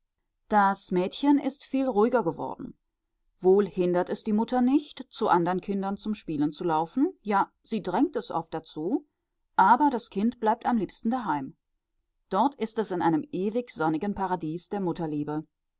das mädchen ist viel ruhiger geworden wohl hindert es die mutter nicht zu anderen kindern zum spielen zu laufen ja sie drängt es oft dazu aber das kind bleibt am liebsten daheim dort ist es in einem ewig sonnigen paradies der mutterliebe